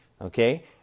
Okay